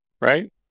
Right